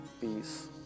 peace